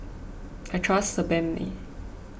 I trust Sebamed